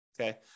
Okay